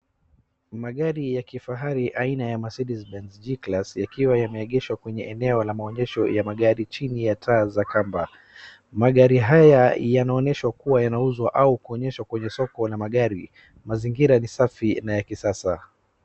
Magari ya kifahari aina ya Mercede Benz G-class yakiwa yameegeshwa kwenye eneo la maonyesho ya magari chini taa za kamba. Magari haya yanaoneshwa kuwa yanauzwa au kuonyeshwa kwenye soko la magari. Mazingira ni safi na ya kisasa.